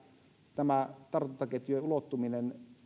tämä tartuntaketjujen ulottuminen